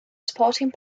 supporting